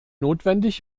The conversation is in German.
notwendig